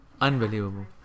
unbelievable